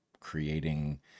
creating